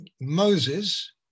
Moses